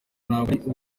ntabwo